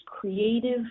creative